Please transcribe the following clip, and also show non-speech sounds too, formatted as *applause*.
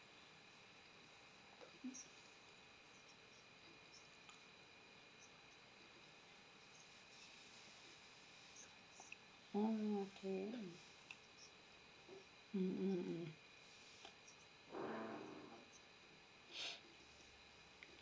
oh okay mm mm mm *breath*